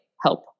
help